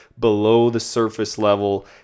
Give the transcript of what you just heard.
below-the-surface-level